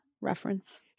reference